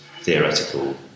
theoretical